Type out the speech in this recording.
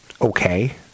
okay